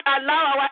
allow